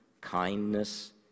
kindness